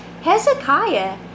Hezekiah